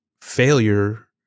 failure